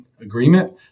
agreement